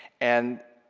and